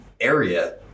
area